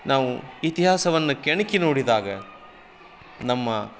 ನಾವು ಇತಿಹಾಸವನ್ನು ಕೆಣಕಿ ನೋಡಿದಾಗ ನಮ್ಮ